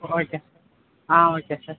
okay ah okay sir